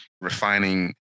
refining